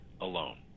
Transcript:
alone